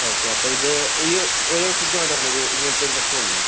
okay അപ്പമിത് ഈ ഒരേസിക്ക് മാത്രമാണോ ഇത് ഇങ്ങനത്തൊരു പ്രശ്നമുള്ളു